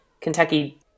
Kentucky